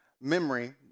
memory